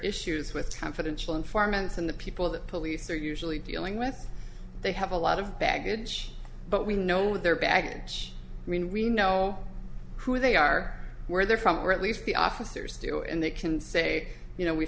issues with confidential informants and the people that police are usually dealing with they have a lot of baggage but we know with their baggage i mean really know who they are where they're from or at least the officers do and they can say you know we